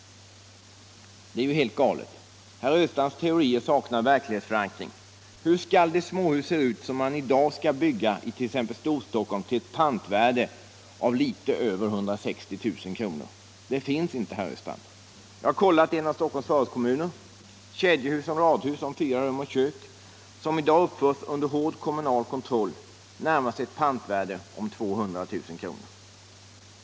Detta är helt galet. Herr Östrands teorier saknar verklighetsförankring. Hur skall de småhus se ut som man i dag skall bygga it.ex. Storstockholm till ett pantvärde av litet över 160 000 kr.? De finns inte, herr Östrand. Jag har kollat i en av Stockholms förortskommuner. Kedjehus och radhus om 4 rum och kök, som i dag uppförs under hård kommunal kontroll, närmar sig ett pantvärde om 200 000 kr.